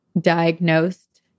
diagnosed